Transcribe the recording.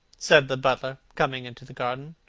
said the butler, coming into the garden.